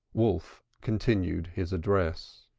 wolf continued his address.